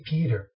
Peter